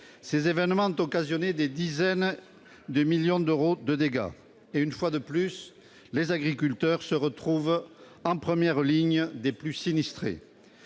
Ces événements ont occasionné des dizaines de millions d'euros de dégâts et, une fois de plus, les agriculteurs se retrouvent en première ligne, parmi les plus sinistrés.